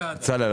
בצלאל,